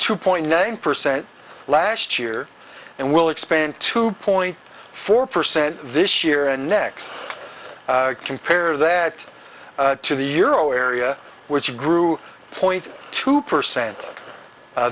two point nine percent last year and will expand two point four percent this year and next compare that to the euro area which grew point two percent